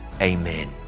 amen